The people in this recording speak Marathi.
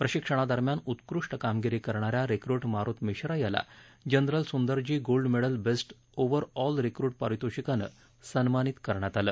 प्रशिक्षणादरम्यान उत्कृष्ट कामगिरी करणाऱ्या रिक्रट मारुत मिश्रा याला general Sundarji gold medal best overall recruit परितोषिकानं सन्मानित करण्यात आलं